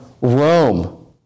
Rome